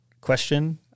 question